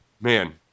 man